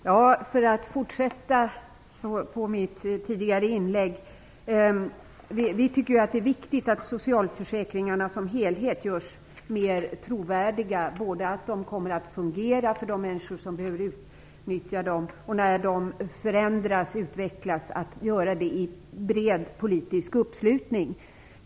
Herr talman! Jag fortsätter på mitt tidigare inlägg. Vi tycker att det är viktigt att socialförsäkringarna som helhet görs mer trovärdiga. De skall inte bara fungera för de människor som behöver utnyttja dem, utan en förändring och utveckling av dem måste också ske i en bred politisk uppslutning.